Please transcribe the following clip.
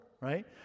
right